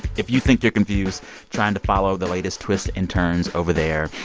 if you think you're confused trying to follow the latest twists and turns over there,